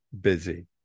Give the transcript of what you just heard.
busy